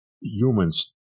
humans